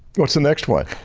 what's the next one?